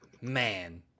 Man